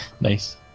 Nice